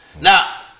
Now